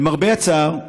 למרבה הצער,